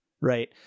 right